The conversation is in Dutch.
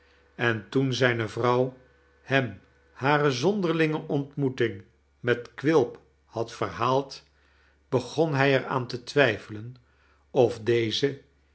en toen zijne vrouw hem hare zonderlinge ontmoeting met quilp had verhaald begon hlj er aan te twijfelen of deze